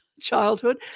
childhood